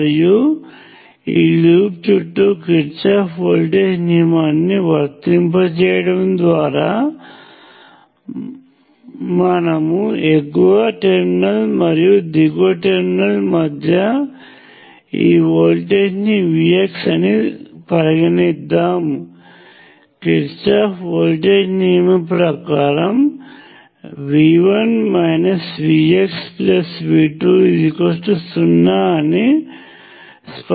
మరియు ఈ లూప్ చుట్టూ కిర్చాఫ్ వోల్టేజ్ నియమాన్ని వర్తింపజేయడం ద్వారా మనము ఎగువ టెర్మినల్ మరియు దిగువ టెర్మినల్ మధ్య ఈ వోల్టేజ్ ని VX అని పరిగణిద్దాము కిర్చోఫ్ వోల్టేజ్ నియమం ప్రకారము V1 VxV20 అని స్పష్టంగా కనిపిస్తుంది